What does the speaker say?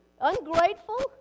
Ungrateful